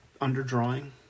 underdrawing